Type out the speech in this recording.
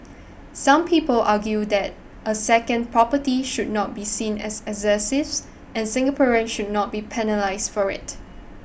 some people argue that a second property should not be seen as and Singaporeans should not be penalised for it